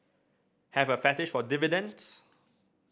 have a fetish for dividends